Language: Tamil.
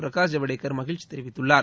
பிரகாஷ் ஜவடேகர் மகிழ்ச்சி தெரிவித்துள்ளார்